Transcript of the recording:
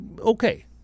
okay